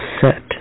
set